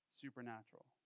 supernatural